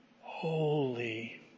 holy